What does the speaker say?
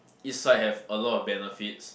east side have a lot of benefits